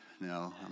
No